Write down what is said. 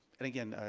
and again,